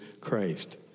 Christ